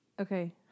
Okay